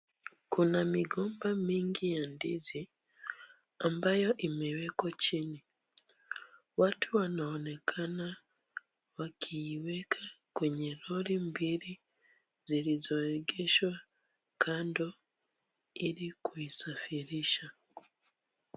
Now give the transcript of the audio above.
Kuna migomba mingi ya ndizi ambayo imewekwa chini. Watu wanaonekana wakiweka kwenye lori mbili zilizoegeshwa kando ili kuisafirisha.